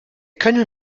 können